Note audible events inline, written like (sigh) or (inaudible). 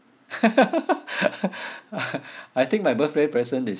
(laughs) I think my birthday present is